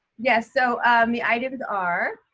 yes, so the items are